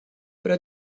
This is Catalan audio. però